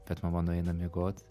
bet mama nueina miegot